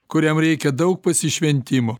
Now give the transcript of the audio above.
kuriam reikia daug pasišventimo